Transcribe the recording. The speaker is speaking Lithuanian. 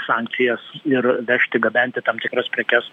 sankcijas ir vežti gabenti tam tikras prekes